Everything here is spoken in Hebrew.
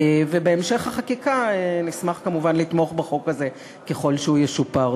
ובהמשך החקיקה נשמח כמובן לתמוך בחוק הזה ככל שהוא ישופר.